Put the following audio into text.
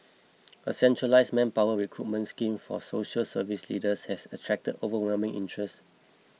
a centralised manpower recruitment scheme for social service leaders has attracted overwhelming interest